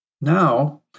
Now